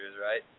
right